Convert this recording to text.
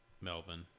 Melvin